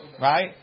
right